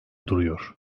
duruyor